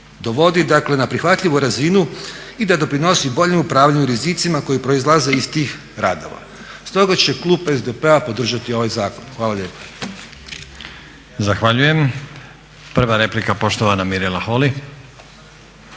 dovodi dakle na prihvatljivu razinu i da doprinosi boljem upravljanju rizicima koji proizlaze iz tih radova. Stoga će klub SDP-a podržati ovaj zakon. Hvala lijepa.